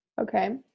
Okay